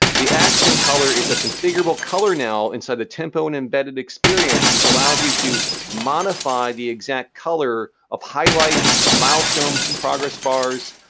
the accent color is a configurable color now inside the tempo and embedded experience, which allows you to modify the exact color of highlights, milestone progress bars,